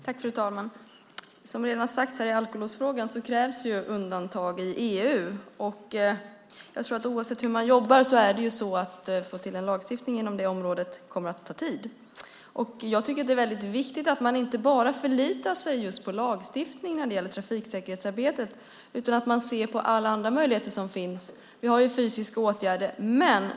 Fru talman! Som redan har sagts i alkolåsfrågan krävs det undantag i EU, och oavsett hur man jobbar kommer det att ta tid att få till en lagstiftning inom det området. Jag tycker att det är väldigt viktigt att man inte bara förlitar sig just på lagstiftning när det gäller trafiksäkerhetsarbetet utan att man ser på alla andra möjligheter som finns, som fysiska åtgärder.